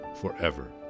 forever